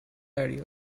idea